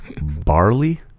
Barley